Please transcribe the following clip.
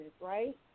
right